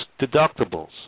deductibles